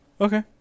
Okay